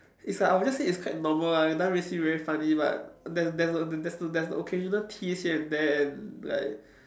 it's like I would just say it's quite normal lah it doesn't really seem very funny but there there there's there's the occasional tease here and there like